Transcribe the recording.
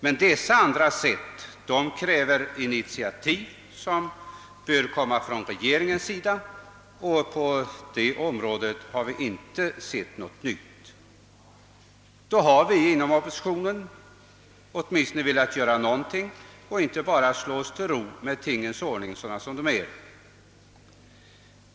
Men dessa andra sätt kräver initiativ, som bör komma från regeringen, och från det hållet har vi inte sett eller hört något nytt. Då har vi inom oppositionen åtminstone velat göra någonting och inte bara slå oss till ro med tingens ordning sådan den är.